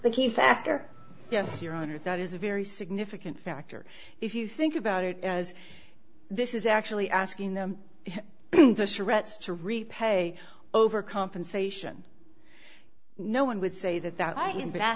the key factor yes your honor that is a very significant factor if you think about it as this is actually asking them to repay over compensation no one would say that that